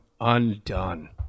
undone